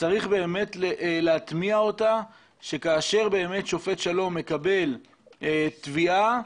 צריך באמת להטמיע אותה כך שכאשר שופט שלום מקבל תביעה,